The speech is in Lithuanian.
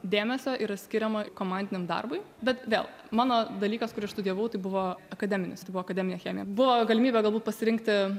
dėmesio yra skiriama komandiniam darbui bet vėl mano dalykas kurį aš studijavau tai buvo akademinis tai buvo akademinė chemija buvo galimybė galbūt pasirinkti